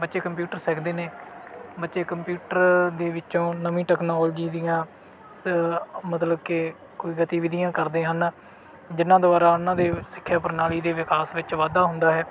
ਬੱਚੇ ਕੰਪਿਊਟਰ ਸਿੱਖਦੇ ਨੇ ਬੱਚੇ ਕੰਪਿਊਟਰ ਦੇ ਵਿੱਚੋਂ ਨਵੀਂ ਟੈਕਨੋਲੋਜੀ ਦੀਆਂ ਸ ਮਤਲਬ ਕਿ ਕੋਈ ਗਤੀਵਿਧੀਆਂ ਕਰਦੇ ਹਨ ਜਿਹਨਾਂ ਦੁਆਰਾ ਉਹਨਾਂ ਦੇ ਸਿੱਖਿਆ ਪ੍ਰਣਾਲੀ ਦੇ ਵਿਕਾਸ ਵਿੱਚ ਵਾਧਾ ਹੁੰਦਾ ਹੈ